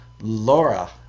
laura